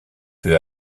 peu